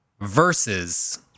versus